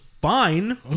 fine